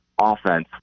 offense